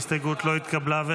ההסתייגות לא התקבלה.